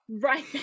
right